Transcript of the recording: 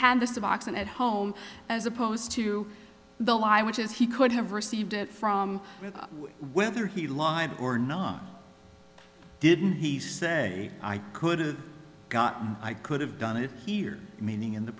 had the suboxone at home as opposed to the lie which is he could have received it from whether he lied or not didn't he say i could have got i could have done it here meaning in the